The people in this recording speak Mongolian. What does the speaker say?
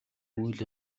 үйл